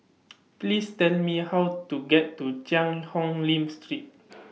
Please Tell Me How to get to Cheang Hong Lim Street